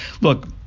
Look